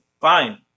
fine